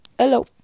hello